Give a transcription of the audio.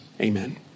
Amen